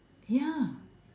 ya